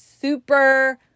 super